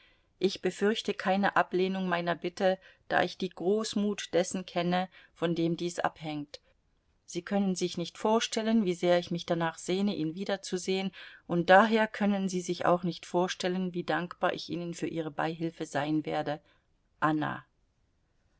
ich befürchte keine ablehnung meiner bitte da ich die großmut dessen kenne von dem dies abhängt sie können sich nicht vorstellen wie sehr ich mich danach sehne ihn wiederzusehen und daher können sie sich auch nicht vorstellen wie dankbar ich ihnen für ihre beihilfe sein werde anna